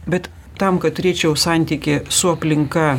bet tam kad turėčiau santykį su aplinka